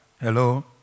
Hello